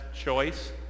choice